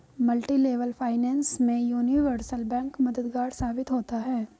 multilevel finance में universal bank मददगार साबित होता है